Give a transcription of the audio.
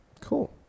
Cool